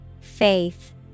Faith